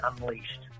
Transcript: unleashed